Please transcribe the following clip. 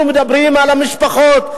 אנחנו מדברים על המשפחות,